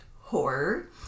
horror